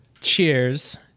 cheers